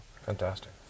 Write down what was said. Fantastic